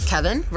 Kevin